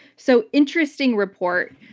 so, interesting report.